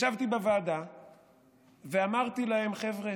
ישבתי בוועדה ואמרתי להם: חבר'ה,